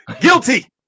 Guilty